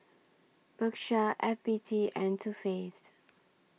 Bershka F B T and Too Faced